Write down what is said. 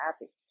happy